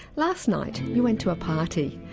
last night you went to a party.